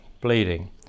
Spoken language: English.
bleeding